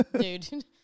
dude